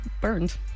burned